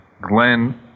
Glenn